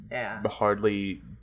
hardly